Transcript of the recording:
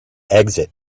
exit